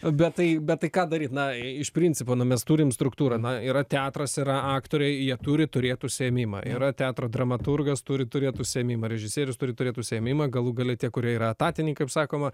bet tai bet tai ką daryt na iš principo na mes turim struktūrą na yra teatras yra aktoriai jie turi turėt užsiėmimą yra teatro dramaturgas turi turėt užsiėmimą režisierius turi turėt užsiėmimą galų gale tie kurie yra etatiniai kaip sakoma